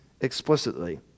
explicitly